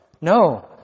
No